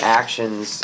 actions